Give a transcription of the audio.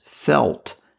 Felt